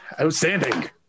outstanding